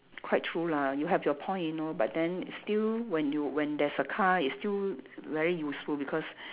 quite true lah you have your point you know but then still when you when there's a car it's still very useful because